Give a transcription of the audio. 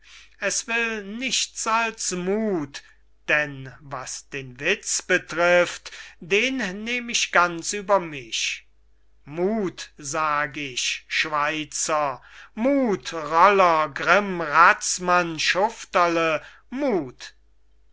es will nichts als muth denn was den witz betrifft den nehm ich ganz über mich muth sag ich schweizer muth roller grimm razmann schufterle muth